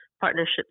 partnerships